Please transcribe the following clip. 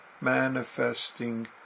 manifesting